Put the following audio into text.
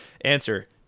answer